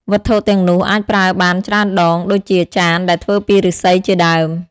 វត្ថុទាំងនោះអាចប្រើបានច្រើនដង ដូចជាចានដែលធ្វើពីឫស្សីជាដើម។